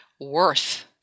worth